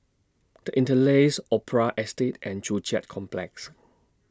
The Interlace Opera Estate and Joo Chiat Complex